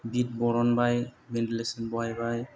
bit बर'नबाय ventilation बहायबाय